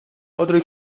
otro